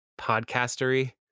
podcastery